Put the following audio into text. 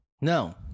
No